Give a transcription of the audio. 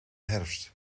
herfst